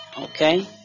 okay